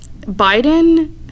biden